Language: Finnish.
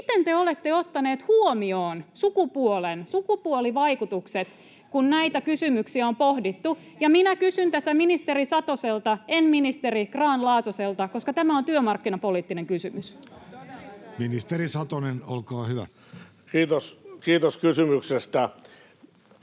Miten te olette ottaneet huomioon sukupuolen, sukupuolivaikutukset, kun näitä kysymyksiä on pohdittu? [Vasemmistoliiton ryhmästä: Ei mitenkään!] — Ja minä kysyn tätä ministeri Satoselta, en ministeri Grahn-Laasoselta, koska tämä on työmarkkinapoliittinen kysymys. Ministeri Satonen, olkaa hyvä. Kiitos kysymyksestä.